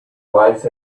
lives